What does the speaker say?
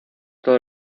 todo